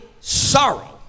sorrow